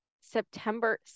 September